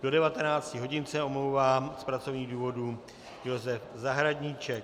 Do 19 hodin se omlouvá z pracovních důvodů Josef Zahradníček.